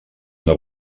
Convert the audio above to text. una